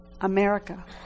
America